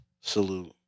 salute